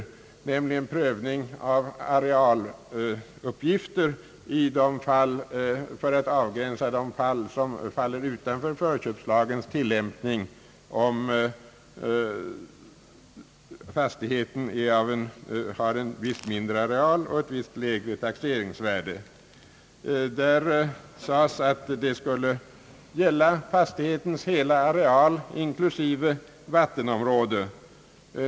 Jag syftar då på prövningen av arealuppgifter för att avgränsa de fall, som faller utanför förköpslagens tillämpning på grund av att fastigheten har en viss mindre areal och ett visst lägre taxeringsvärde. I propositionen föreskrevs att uppgiften skulle gälla fastighetens hela areal, inklusive vattenområde.